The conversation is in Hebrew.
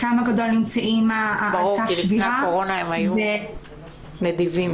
כאילו לפני הקורונה הם היו נדיבים.